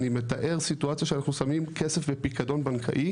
אני מתאר סיטואציה שאנחנו שמים כסף לפיקדון בנקאי